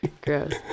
Gross